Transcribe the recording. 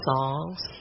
songs